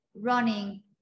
running